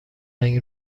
رنگ